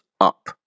up